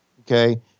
Okay